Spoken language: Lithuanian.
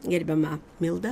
gerbiama milda